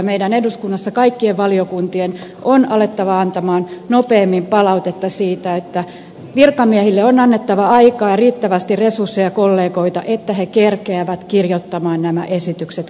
meidän eduskunnassamme kaikkien valiokuntien on alettava antaa nopeammin palautetta siitä että virkamiehille on annettava aikaa ja riittävästi resursseja ja kollegoita että he kerkeävät kirjoittaa nämä esitykset kunnolla